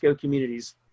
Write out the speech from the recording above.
communities